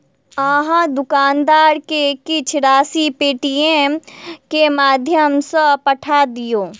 अहाँ दुकानदार के किछ राशि पेटीएमम के माध्यम सॅ पठा दियौ